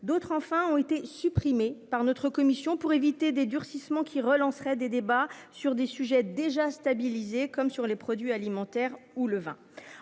D'autres enfin ont été supprimé par notre commission pour éviter des durcissements qui relancerait des débats sur des sujets déjà stabilisée comme sur les produits alimentaires ou le vin